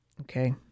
okay